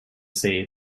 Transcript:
say